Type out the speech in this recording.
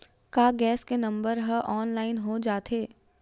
का गैस के नंबर ह ऑनलाइन हो जाथे?